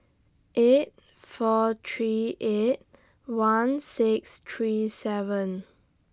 eight four three eight one six three seven